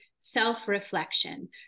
self-reflection